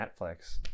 Netflix